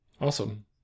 Awesome